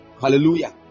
Hallelujah